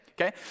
Okay